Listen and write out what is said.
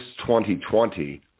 2020